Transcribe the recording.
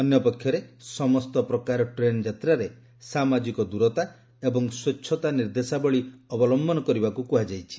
ଅନ୍ୟ ପକ୍ଷରେ ସମସ୍ତ ପ୍ରକାର ଟ୍ରେନ୍ ଯାତ୍ରାରେ ସାମାଜିକ ଦୂରତା ଏବଂ ସ୍ୱଚ୍ଚତା ନିର୍ଦ୍ଦେଶାବଳୀ ଅବଲମ୍ଭନ କରିବାକୁ କୁହାଯାଇଛି